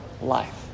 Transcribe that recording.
life